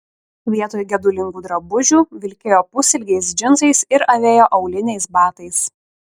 vietoj gedulingų drabužių vilkėjo pusilgiais džinsais ir avėjo auliniais batais